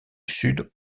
sud